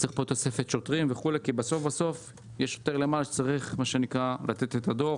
צריך תוספת שוטרים, כי בסוף צריך לתת דוח